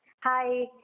Hi